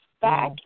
back